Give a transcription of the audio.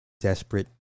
desperate